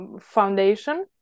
foundation